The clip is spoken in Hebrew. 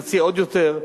נציע עוד יותר,